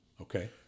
Okay